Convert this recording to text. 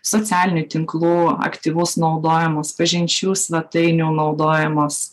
socialinių tinklų aktyvus naudojamos pažinčių svetainių naudojamos